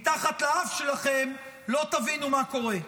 מתחת לאף שלכם, לא תבינו מה קורה,